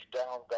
down